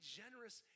generous